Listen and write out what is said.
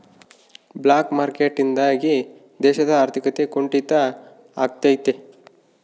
block market ನಿಂದಾಗಿ ದೇಶದ ಆರ್ಥಿಕತೆ ಕುಂಟಿತ ಆಗ್ತೈತೆ